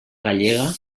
gallega